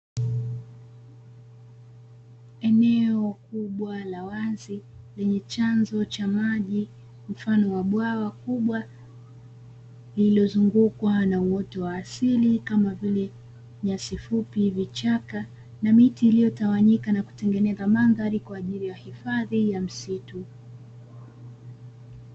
Eneo kubwa la wazi lenye chanzo cha maji mfano wa bwawa kubwa lililo zungukwa na uoto wa asili kama vile nyasi fupi, vichaka, na miti iliyo tawanyika na kutengeneza mandhari kwa ajili ya hifadhi ya misitu.